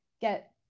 get